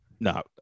No